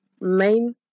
main